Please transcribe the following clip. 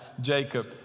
Jacob